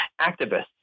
activists